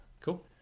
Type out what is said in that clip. Cool